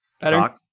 Better